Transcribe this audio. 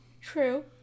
True